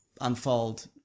unfold